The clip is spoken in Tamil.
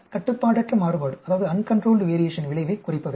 கட்டுப்பாடற்ற மாறுபாட்டின் விளைவைக் குறைப்பதற்கு